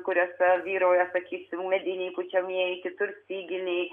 kuriose vyrauja sakysim mediniai pučiamieji kitur styginiai